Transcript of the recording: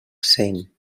cent